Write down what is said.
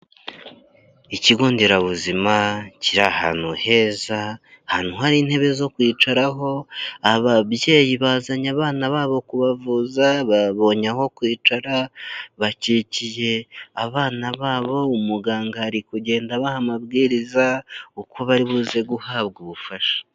Ikigo nderabuzima kiri ahantu heza, ahantu hari intebe zo kwicaraho, ababyeyi bazanye abana babo kubavuza babonye aho kwicara, bakikiye abana babo, umuganga bari kugenda abaha amabwiriza uko baribuze guhabwa ubufasha.